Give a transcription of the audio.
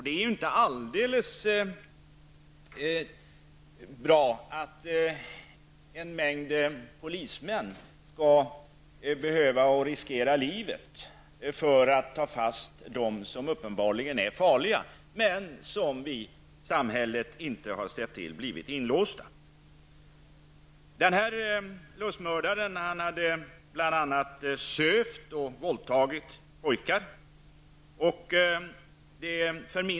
Det är inte bra att en mängd polismän skall behöva riskera livet för att ta fast dem som uppenbarligen är farliga, men samhället inte har sett till hålla inlåsta. Denna lustmördare hade bl.a. sövt och våldtagit pojkar.